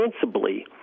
principally